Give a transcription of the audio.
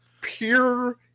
pure